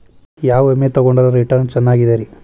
ಯಾವ ವಿಮೆ ತೊಗೊಂಡ್ರ ರಿಟರ್ನ್ ಚೆನ್ನಾಗಿದೆರಿ?